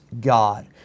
God